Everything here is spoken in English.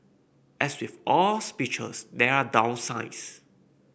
as with all speeches there are downsides